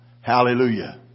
Hallelujah